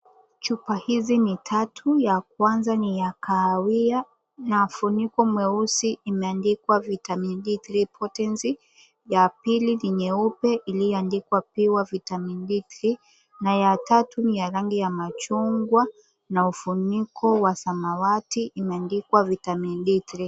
Chupa hizi ni tatu ya kwanza ya kahawia na funiko mweusi umeandikwa Vitamin D Potency, ya pili ni nyeupe ilioandikwa Pure Vitamin D 3 na ya tatu ni ya rangi ya machungwa na ufuniko wa samawati umeandikwa Vitamini D3.